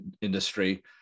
industry